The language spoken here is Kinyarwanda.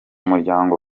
muryango